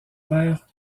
père